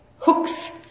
hooks